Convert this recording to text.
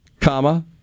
comma